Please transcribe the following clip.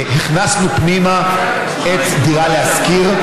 שהכנסנו פנימה את "דירה להשכיר",